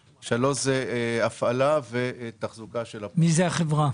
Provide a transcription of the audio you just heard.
3. הפעלה ותחזוקה של הפרויקט.